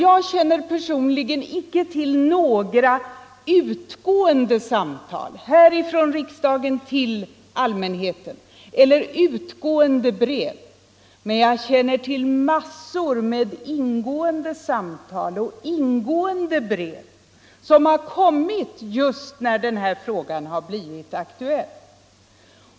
Jag känner personligen icke till något enda utgående samtal eller utgående brev härifrån riksdagen till allmänheten i denna fråga. Men jag känner till massor av ingående samtal och ingående brev som har kommit den senaste tiden.